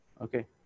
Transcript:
okay